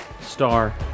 Star